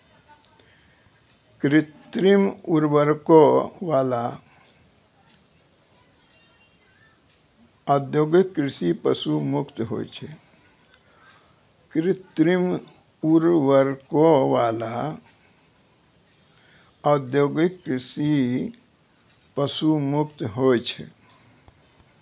कृत्रिम उर्वरको वाला औद्योगिक कृषि पशु मुक्त होय छै